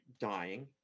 dying